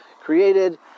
created